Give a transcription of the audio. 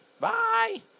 Bye